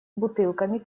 бутылками